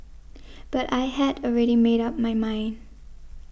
but I had already made up my mind